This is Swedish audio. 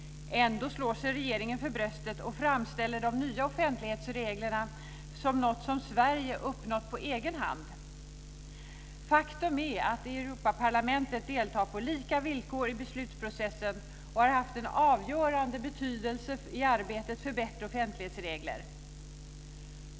Ändå slår sig regeringen för bröstet och framställer de nya offentlighetsreglerna som något som Sverige uppnått på egen hand. Faktum är att Europaparlamentet deltar på lika villkor i beslutsprocessen och har haft en avgörande betydelse i arbetet för bättre offentlighetsregler.